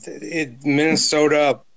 Minnesota